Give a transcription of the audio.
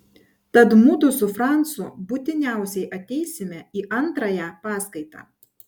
tad mudu su francu būtiniausiai ateisime į antrąją paskaitą